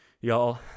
y'all